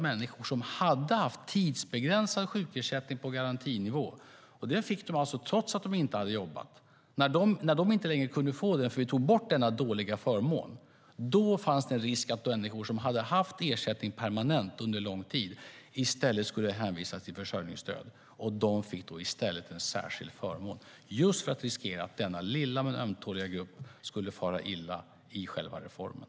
Människor som hade haft tidsbegränsad sjukersättning på garantinivå - den fick de alltså trots att de inte hade jobbat - kunde inte längre få den eftersom vi tog bort den dåliga förmånen. Då fanns det en risk att människor som hade haft ersättning permanent under lång tid i stället skulle hänvisas till försörjningsstöd. Vi gav dem i stället en särskild förmån för att inte riskera att denna lilla men ömtåliga grupp skulle fara illa av själva reformen.